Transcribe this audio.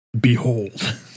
Behold